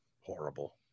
horrible